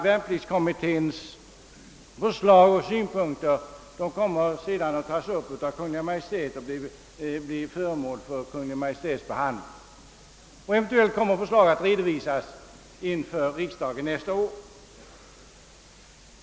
Värnpliktskommitténs förslag och synpunkter kommer att bli föremål för Kungl. Maj:ts uppmärksamhet och behandling. Eventuellt kommer förslag att framläggas för riksdagen nästa år.